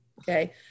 Okay